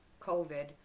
COVID